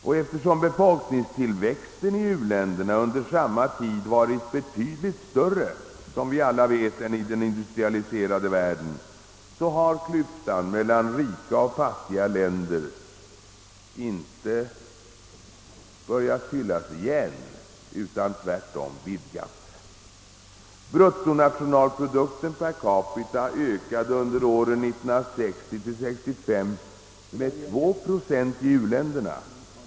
Och eftersom befolkningstillväxten i u-länderna under samma tid har varit betydligt större än i den industrialiserade världen har klyftan mellan rika och fattiga länder inte börjat fyllas igen utan tvärtom vidgats. Bruttonationalprodukten per capita ökade under åren 1960—1965 med 2 procent i u-länderna.